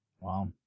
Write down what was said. Wow